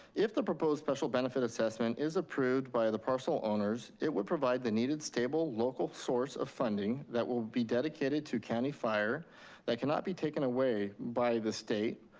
if the proposed special benefit assessment is approved by the parcel owners, it would provide the needed stable local source of funding that would be dedicated to county fire that cannot be taken away by the state,